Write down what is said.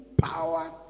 Power